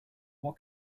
what